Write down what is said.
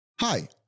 Hi